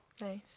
Nice